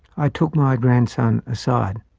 i took my grandson aside.